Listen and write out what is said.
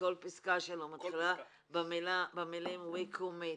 כל פסקה שלו מתחילה במילים "we commit".